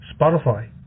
Spotify